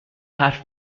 حرف